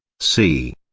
c.